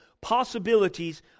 possibilities